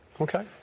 Okay